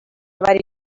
varie